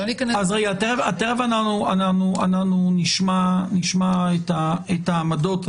תכף נשמע את העמדות.